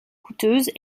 coûteuse